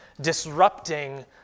disrupting